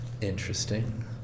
interesting